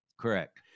Correct